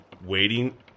waiting